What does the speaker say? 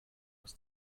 aus